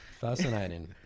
Fascinating